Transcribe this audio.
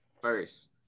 first